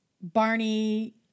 Barney